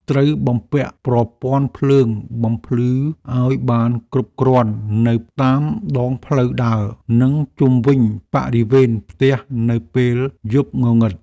ត្រូវបំពាក់ប្រព័ន្ធភ្លើងបំភ្លឺឱ្យបានគ្រប់គ្រាន់នៅតាមដងផ្លូវដើរនិងជុំវិញបរិវេណផ្ទះនៅពេលយប់ងងឹត។